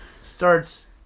starts